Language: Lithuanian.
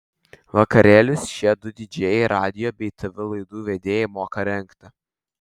vakarėlius šie du didžėjai radijo bei tv laidų vedėjai moka rengti